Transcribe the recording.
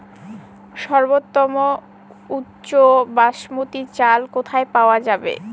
সর্বোওম উচ্চ বাসমতী চাল কোথায় পওয়া যাবে?